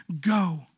go